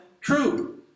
true